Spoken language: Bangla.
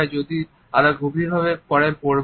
যা আমরা আরো গভীরভাবে পরে পড়বো